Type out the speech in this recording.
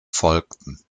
folgten